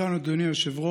תודה, אדוני היושב-ראש.